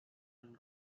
and